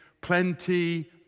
plenty